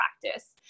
practice